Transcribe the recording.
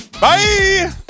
Bye